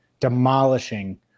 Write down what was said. demolishing